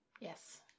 Yes